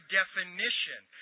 definition